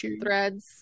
threads